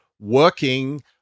working